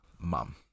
mum